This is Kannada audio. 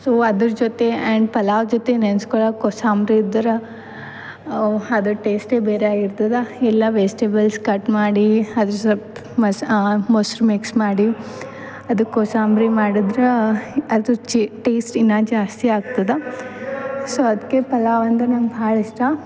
ಸೊ ಅದ್ರ ಜೊತೆ ಆ್ಯಂಡ್ ಪಲಾವ್ ಜೊತೆ ನೆನೆಸ್ಕೊಳಕ್ ಕೋಸಂಬರಿ ಇದ್ರೆ ಅವು ಅದ್ರ ಟೇಸ್ಟೇ ಬೇರೆ ಆಗಿರ್ತದೆ ಇಲ್ಲ ವೇಸ್ಟಿಬಲ್ಸ್ ಕಟ್ ಮಾಡಿ ಅದ್ರ ಸೊಲ್ಪ್ ಮಸ್ ಮೊಸ್ರು ಮಿಕ್ಸ್ ಮಾಡಿ ಅದಕ್ಕೆ ಕೋಸಂಬರಿ ಮಾಡಿದ್ರೆ ಅದ್ರದ್ ಚೆ ಟೆಸ್ಟ್ ಇನ್ನು ಜಾಸ್ತಿ ಆಗ್ತದೆ ಸೊ ಅದಕ್ಕೆ ಪಲಾವ್ ಅಂದ್ರೆ ನಂಗೆ ಭಾಳ ಇಷ್ಟ